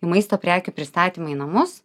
į maisto prekių pristatymą į namus